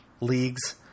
leagues